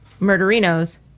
murderinos